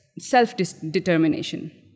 self-determination